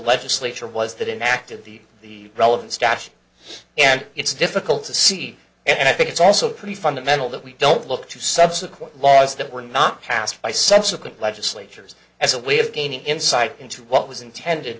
legislature was that in active the the relevant stash and it's difficult to see and i think it's also pretty fundamental that we don't look to subsequent laws that were not passed by subsequent legislatures as a way of gaining insight into what was intended